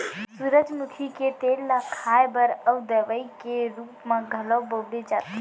सूरजमुखी के तेल ल खाए बर अउ दवइ के रूप म घलौ बउरे जाथे